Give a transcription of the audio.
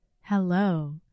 Hello